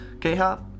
K-Hop